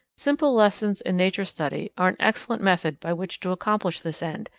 simple lessons in nature study are an excellent method by which to accomplish this end,